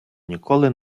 ніколи